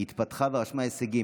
היא התפתחה ורשמה הישגים.